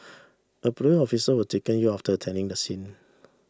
a police officer was taken ill after attending the scene